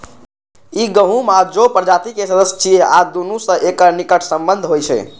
ई गहूम आ जौ प्रजाति के सदस्य छियै आ दुनू सं एकर निकट संबंध होइ छै